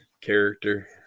character